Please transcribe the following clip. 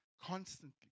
Constantly